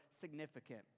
significant